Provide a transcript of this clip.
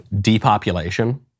depopulation